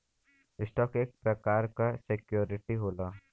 stock एक प्रकार क सिक्योरिटी होला